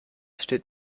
steht